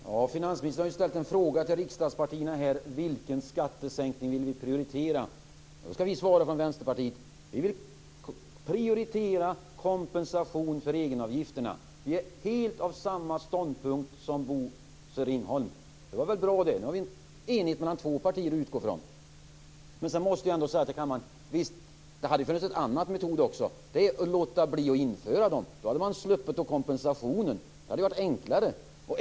Fru talman! Finansministern har ju ställt en fråga till riksdagspartierna om vilken skattesänkning vi vill prioritera. Från Vänsterpartiet skall vi svara att vi vill prioritera kompensation för egenavgifterna. Vi har helt samma ståndpunkt som Bosse Ringholm. Det var väl bra det. Nu har vi enighet mellan två partier att utgå från. Men jag måste säga till kammaren att det hade funnits en annan metod. Det hade varit att låta bli att införa egenavgifterna. Då hade man sluppit kompensationen. Det hade varit enklare.